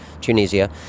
Tunisia